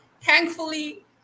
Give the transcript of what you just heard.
Thankfully